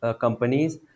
companies